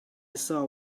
saw